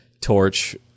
torch